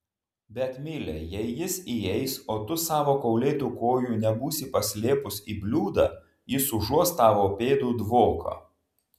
bet mile jei jis įeis o tu savo kaulėtų kojų nebūsi paslėpus į bliūdą jis užuos tavo pėdų dvoką